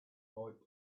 fight